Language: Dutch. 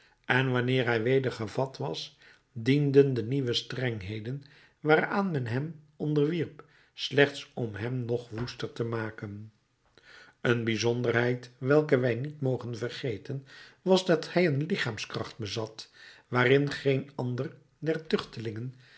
en wanneer hij weder gevat was dienden de nieuwe strengheden waaraan men hem onderwierp slechts om hem nog woester te maken een bijzonderheid welke wij niet mogen vergeten was dat hij een lichaamskracht bezat waarin geen ander der